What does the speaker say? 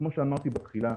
כפי שאמרתי בהתחלה,